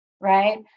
right